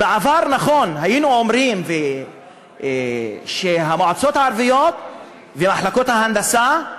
נכון שבעבר היינו אומרים שהמועצות הערביות ומחלקות ההנדסה,